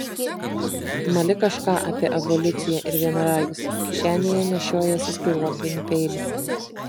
mali kažką apie evoliuciją ir vienaragius kišenėje nešiojiesi spyruoklinį peilį